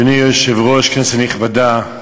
אדוני היושב-ראש, כנסת נכבדה,